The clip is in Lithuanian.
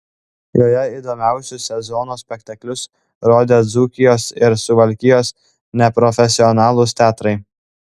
joje įdomiausius sezono spektaklius rodė dzūkijos ir suvalkijos neprofesionalūs teatrai